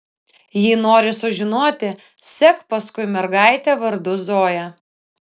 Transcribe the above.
jei nori sužinoti sek paskui mergaitę vardu zoja